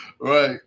Right